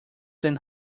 than